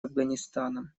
афганистаном